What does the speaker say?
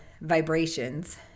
vibrations